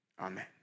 amen